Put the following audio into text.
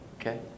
Okay